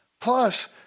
Plus